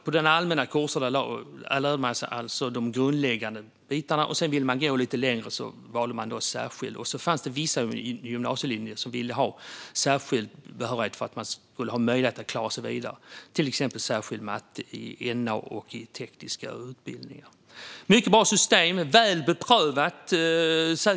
På de allmänna kurserna lärde man sig alltså de grundläggande delarna. Ville man gå lite längre valde man särskild kurs. Och för att komma in på vissa gymnasielinjer krävdes det särskild behörighet för att man skulle ha möjlighet att klara sig vidare - till exempel särskild matte på naturvetenskapliga och tekniska linjer. Det var ett mycket bra system och väl beprövat.